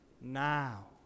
now